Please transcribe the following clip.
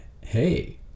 hey